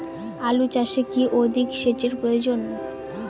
আলু চাষে কি অধিক সেচের প্রয়োজন?